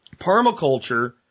permaculture